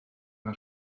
mae